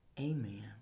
Amen